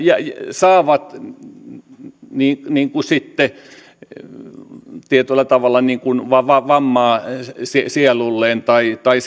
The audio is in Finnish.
saavat sitten tietyllä tavalla vammaa sielulleen tai tai